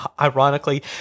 ironically